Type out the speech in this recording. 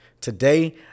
today